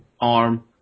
arm